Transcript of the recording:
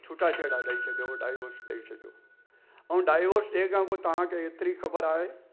छुटा छेड़ा ॾेई छॾो डाइवोर्स ॾेई छॾियो ऐं डाइवोर्स ॾियण खां पोइ तव्हांखे हेतिरी ख़बर आहे